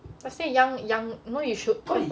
I'd say young young know you should